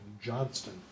Johnston